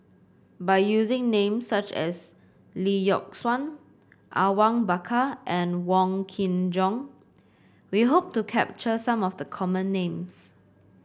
by using names such as Lee Yock Suan Awang Bakar and Wong Kin Jong we hope to capture some of the common names